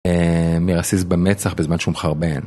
מרסיס במצח בזמן שהוא מחרבן.